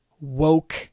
woke